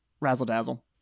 razzle-dazzle